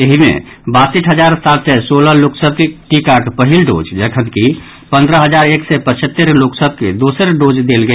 एहि मे बासठि हजार सात सय सोलह लोक सभ के टीकाक पहिल डोज जखनकि पन्द्रह हजार एक सय पचहत्तरि लोक सभ के दोसर डोज देल गेल